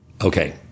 Okay